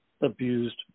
abused